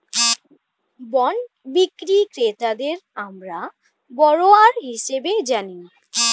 bond বিক্রি ক্রেতাদের আমরা বরোয়ার হিসেবে জানি